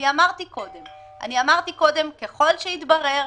אני אמרתי קודם שככל שיתברר